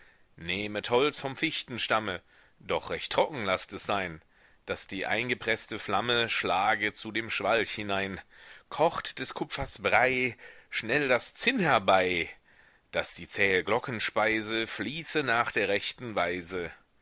nehmet holz vom fichtenstamme doch recht trocken laßt es sein daß die eingepreßte flamme schlage zu dem schwalch hinein kocht des kupfers brei schnell das zinn herbei daß die zähe glockenspeise fließe nach der rechten weise